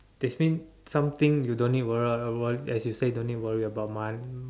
explain something you don't need worry worry as you say don't need to worry about mon~